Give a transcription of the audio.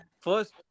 first